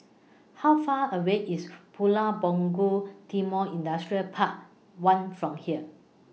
How Far away IS Pulau Punggol Timor Industrial Park one from here